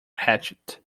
hatched